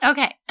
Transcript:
Okay